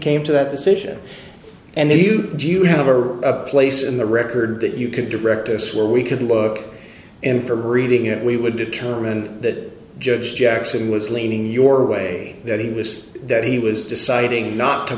came to that decision and you do you have a place in the record that you could direct us where we could look into reading it we would determine that judge jackson was leaning your way that he was that he was deciding not to